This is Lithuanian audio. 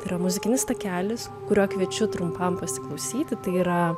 yra muzikinis takelis kurio kviečiu trumpam pasiklausyti tai yra